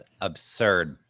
absurd